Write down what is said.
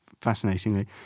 fascinatingly